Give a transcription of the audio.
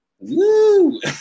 Woo